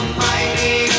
mighty